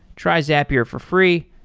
try zapier for free.